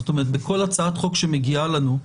זאת אומרת, בכל הצעת חוק שמגיעה אלינו,